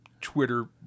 Twitter